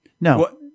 No